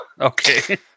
Okay